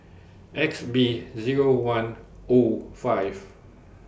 X B Zero one O five